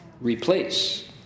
replace